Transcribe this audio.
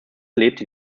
lebte